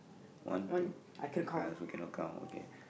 one two I also cannot count okay